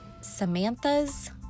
Samantha's